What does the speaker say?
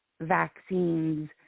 vaccines